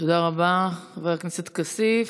תודה רבה, חבר הכנסת כסיף.